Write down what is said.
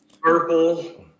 Purple